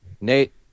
Nate